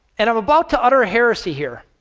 and i'm about to utter a heresy here,